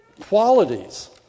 qualities